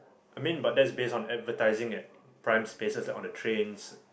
I mean but that's based on advertising at prime spaces like on the trains